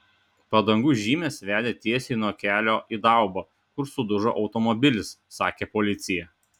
padangų žymės vedė tiesiai nuo kelio į daubą kur sudužo automobilis sakė policija